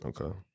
Okay